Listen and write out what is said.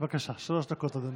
בבקשה, שלוש דקות, אדוני.